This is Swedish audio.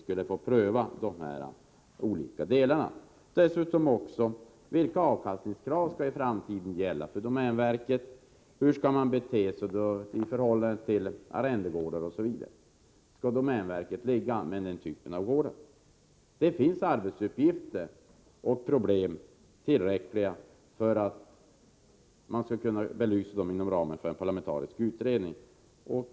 Dessutom är frågan vilka avkastningskrav som i framtiden skall gälla för domänverket. Hur skall man bete sig i sitt förhållande till arrendegårdar, osv.? Skall man syssla med den typen av verksamhet? Det finns ett tillräckligt antal arbetsuppgifter och ett tillräckligt antal problem för att det skall vara lämpligt att belysa dem inom ramen för en parlamentarisk utredning.